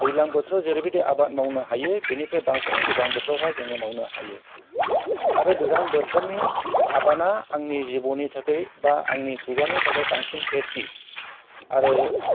दैज्लां बोथोराव जेरैबायदि आबाद मावनो हायो बेनिफ्राय बांसिन गोजां बोथोरावहाय जोङो मावनो हायो आरो गोजां बोथोरनि आबादआ आंनि जिबननि थाखाय बा आंनि खुगानि थाखाय बांसिन टेस्टि आरो